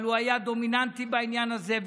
אבל הוא היה דומיננטי בעניין הזה.